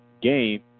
game